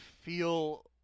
feel